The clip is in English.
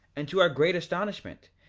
and to our great astonishment,